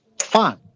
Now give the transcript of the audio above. fine